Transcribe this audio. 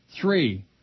Three